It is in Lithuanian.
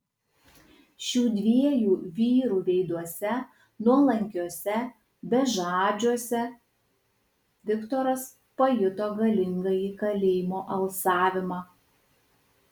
šių dviejų vyrų veiduose nuolankiuose bežadžiuose viktoras pajuto galingąjį kalėjimo alsavimą